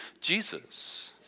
Jesus